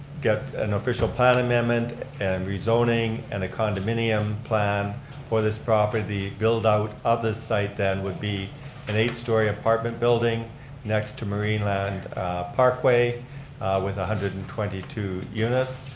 get an official plan amendment and rezoning and a condominium plan for this property. the build-out of this site then would be an eight-story apartment building next to marineland parkway with one hundred and twenty two units.